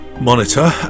monitor